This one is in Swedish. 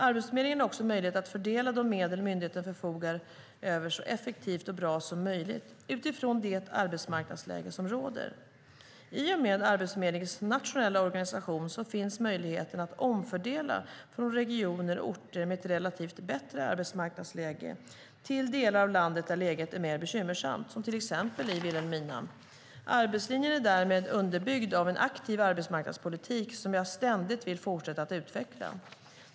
Arbetsförmedlingen har också möjlighet att fördela de medel myndigheten förfogar över så effektivt och bra som möjligt utifrån det arbetsmarknadsläge som råder. I och med Arbetsförmedlingens nationella organisation finns möjligheten att omfördela från regioner och orter med ett relativt bättre arbetsmarknadsläge till delar av landet där läget är mer bekymmersamt, till exempel i Vilhelmina. Arbetslinjen är därmed underbyggd av en aktiv arbetsmarknadspolitik som jag ständigt vill fortsätta att utveckla.